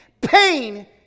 Pain